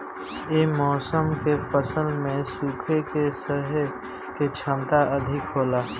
ये मौसम के फसल में सुखा के सहे के क्षमता अधिका होला